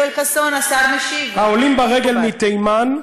העולים ברגל מתימן,